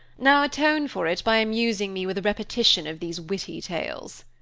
now atone for it by amusing me with a repetition of these witty tales.